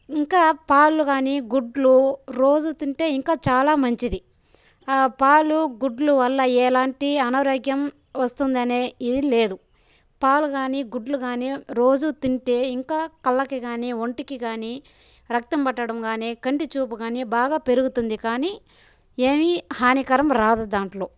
ఇంకా పాలు గానీ గుడ్లు రోజు తింటే ఇంకా చాలా మంచిది పాలు గుడ్లు వల్ల ఎలాంటి అనారోగ్యం వస్తుందనే ఇది లేదు పాలు గానీ గుడ్లు గానీ రోజూ తింటే ఇంకా కళ్ళకి గానీ ఒంటికి గానీ రక్తం పట్టడం గానీ కంటి చూపు గానీ బాగా పెరుగుతుంది కానీ ఏమీ హానికరం రాదు దాంట్లో